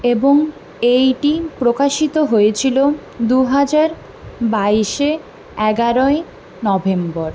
এবং এটি প্রকাশিত হয়েছিল দুহাজার বাইশের এগারোই নভেম্বর